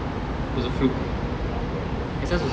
was a fluke S_S was a